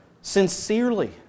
sincerely